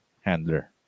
handler